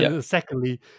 Secondly